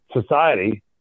society